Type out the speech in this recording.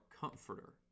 comforter